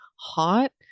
hot